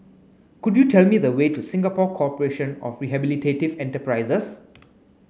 could you tell me the way to Singapore Corporation of Rehabilitative Enterprises